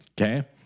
Okay